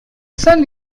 saint